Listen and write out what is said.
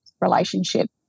relationship